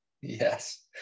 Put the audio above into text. Yes